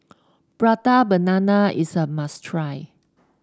Prata Banana is a must try